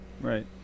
Right